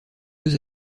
deux